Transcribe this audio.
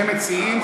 שני מציעים,